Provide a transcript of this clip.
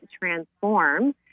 Transform